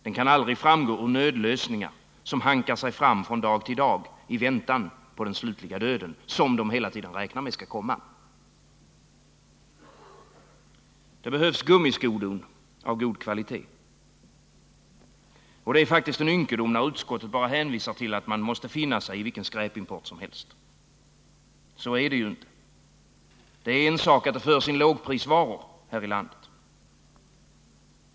Den kan aldrig framgå ur nödlösningar, som hankar sig fram från dag till dag i väntan på den slutliga döden som man hela tiden räknar med skall komma. Det behövs också gummiskodon av god kvalitet. Det är faktiskt en ynkedom, när utskottet bara hänvisar till att man måste finnas sig i vilken skräpimport som helst. Så är det inte. Att det förs in lågprisvaror i landet är en sak.